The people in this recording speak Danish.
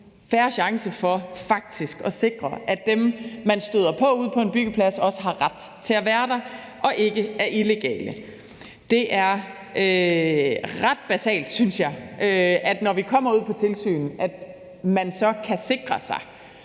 fair chance for faktisk at sikre, at dem, man støder på ude på en byggeplads, også har ret til at være der og ikke er illegale. Det er ret basalt, synes jeg, at man, når man kommer ud på tilsyn, så kan sikre sig,